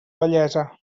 vellesa